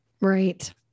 Right